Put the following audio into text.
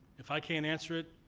if i can't answer it,